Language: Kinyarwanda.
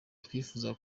twifuzaga